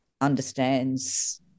understands